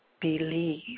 believe